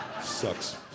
sucks